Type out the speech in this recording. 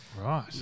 Right